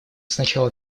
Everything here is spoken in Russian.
сначала